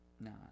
No